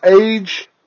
age